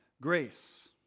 grace